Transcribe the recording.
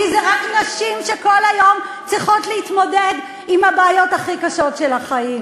כי זה רק נשים שכל היום צריכות להתמודד עם הבעיות הכי קשות של החיים.